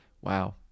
wow